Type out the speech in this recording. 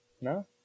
No